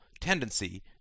tendency